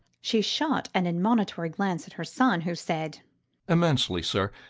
she shot an admonitory glance at her son, who said immensely, sir.